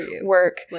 work